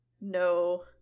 no